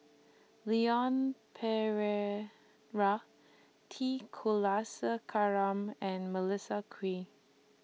Leon Perera T Kulasekaram and Melissa Kwee